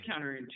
counterintuitive